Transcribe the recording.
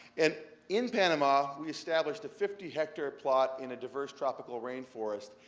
and in panama, we established a fifty hectare plot in a diverse tropical rainforest,